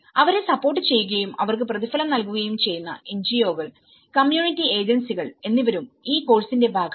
അവരെ സപ്പോർട്ട് ചെയ്യുകയും അവർക്ക് പ്രതിഫലം നൽകുകയും ചെയ്യുന്ന എൻജിഒ കൾNGOs കമ്മ്യൂണിറ്റി ഏജൻസികൾഎന്നിവരും ഈ കോഴ്സിന്റെ ഭാഗമാണ്